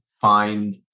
find